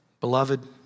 Beloved